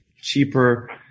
cheaper